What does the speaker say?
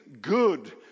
good